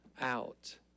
out